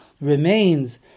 Remains